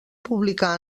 publicar